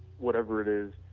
whatever it is,